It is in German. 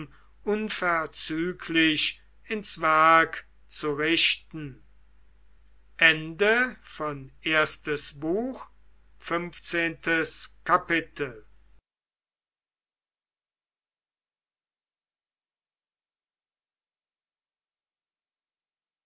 unverzüglich ins werk zu richten sechzehntes kapitel